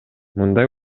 мындай